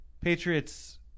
Patriots